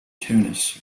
tunis